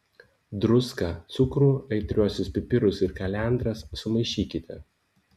druską cukrų aitriuosius pipirus ir kalendras sumaišykite